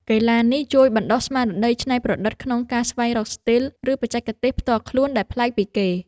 កីឡានេះជួយបណ្ដុះស្មារតីច្នៃប្រឌិតក្នុងការស្វែងរកស្ទីល ឬបច្ចេកទេសផ្ទាល់ខ្លួនដែលប្លែកពីគេ។